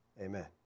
Amen